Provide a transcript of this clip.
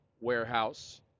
warehouse